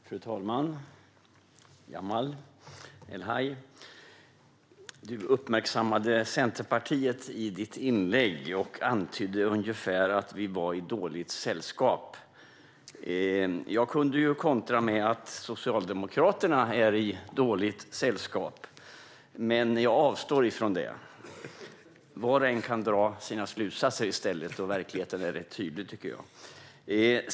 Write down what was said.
Fru talman! Jamal El-Haj! Du uppmärksammade Centerpartiet i ditt anförande och antydde att vi är i dåligt sällskap. Jag skulle kunna kontra med att Socialdemokraterna är i dåligt sällskap, men jag avstår från det. I stället kan var och en dra sina egna slutsatser. Verkligheten är rätt tydlig, tycker jag.